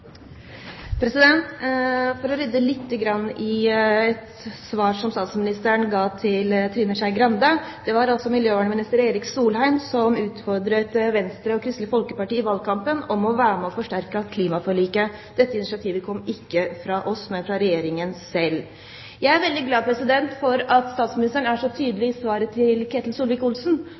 For å rydde litt i et svar som statsministeren ga til Trine Skei Grande: Det var altså miljøvernminister Erik Solheim som utfordret Venstre og Kristelig Folkeparti i valgkampen til å være med på å forsterke klimaforliket. Dette initiativet kom altså ikke fra oss, men fra Regjeringen selv. Jeg er veldig glad for at statsministeren er så tydelig i svaret til Ketil